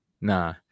nah